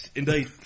indeed